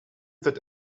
that